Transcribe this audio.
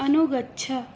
अनुगच्छ